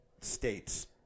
states